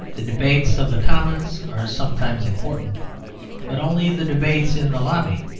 the debates of the commons are sometimes important but only the debates in the lobby,